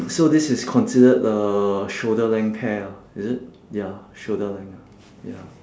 so this is considered uh shoulder length hair ah is it ya shoulder length ah ya